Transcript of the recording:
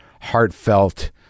heartfelt